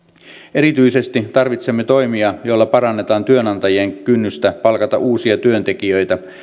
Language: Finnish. erityisesti tarvitsemme toimia joilla parannetaan työnantajien kynnystä palkata uusia työntekijöitä